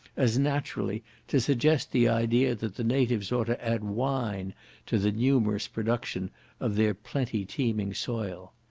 as naturally to suggest the idea that the natives ought to add wine to the numerous production of their plenty-teeming soil.